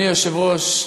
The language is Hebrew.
אדוני היושב-ראש,